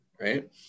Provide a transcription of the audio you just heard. right